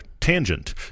Tangent